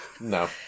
No